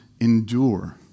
endure